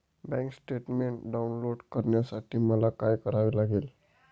Bank statement download करण्यासाठी मला काय करावे लागेल?